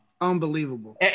Unbelievable